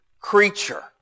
creature